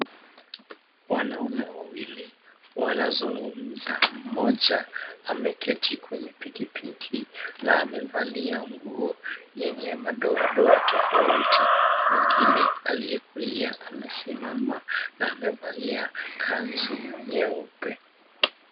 Wanaume wawili wanazungumza. Mmoja, ameketi kwenye pikipiki na amevalia nguo yenye madoadoa tofauti. Mwengine aliye kulia amesimama na amevalia kanzu nyeupe.